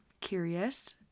curious